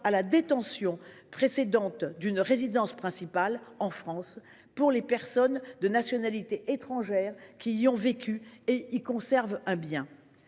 à la détention précédemment d'une résidence principale en France pour les personnes de nationalité étrangère qui y ont vécu et y conservent un bien.